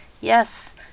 yes